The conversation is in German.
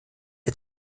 der